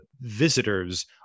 visitors